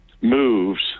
moves